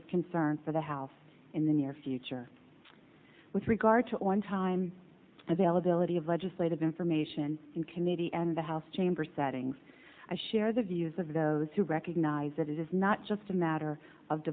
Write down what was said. of concern for the house in the near future with regard to on time available it of legislative information in committee and the house chamber settings i share the views of those who recognize that it is not just a matter of